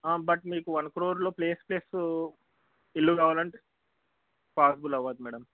but మీకు one క్రోర్లో place plus ఇల్లు కావాలంటే పాజిబుల్ అవ్వదు మేడమ్